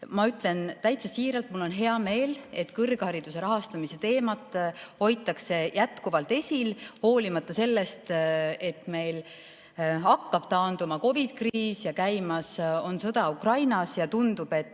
Ma ütlen täitsa siiralt, et mul on hea meel, et kõrghariduse rahastamise teemat hoitakse jätkuvalt esil, hoolimata sellest, et meil [alles] hakkab taanduma COVID‑i kriis, käimas on sõda Ukrainas ja tundub, et